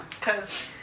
Cause